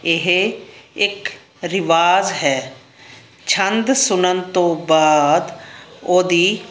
ਇਹ ਇੱਕ ਰਿਵਾਜ਼ ਹੈ ਛੰਦ ਸੁਣਨ ਤੋਂ ਬਾਅਦ ਉਹਦੀ